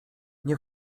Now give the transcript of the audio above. nie